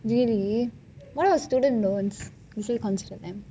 really there are student loans you should consider them